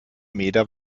meter